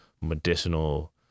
medicinal